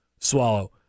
swallow